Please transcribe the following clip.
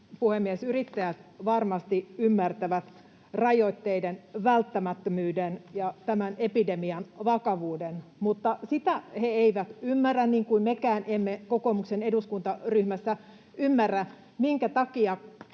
Yrittäjät varmasti ymmärtävät rajoitteiden välttämättömyyden ja tämän epidemian vakavuuden, mutta sitä he eivät ymmärrä, niin kuin mekään emme kokoomuksen eduskuntaryhmässä ymmärrä, minkä takia